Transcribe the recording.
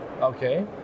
Okay